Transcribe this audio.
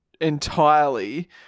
entirely